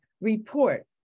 report